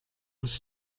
was